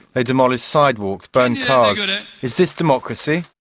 they demolished sidewalks, burned cars. is this democracy?